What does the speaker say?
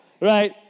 right